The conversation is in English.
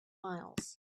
miles